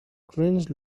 cringe